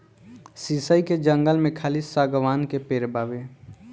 शीशइ के जंगल में खाली शागवान के पेड़ बावे